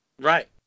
Right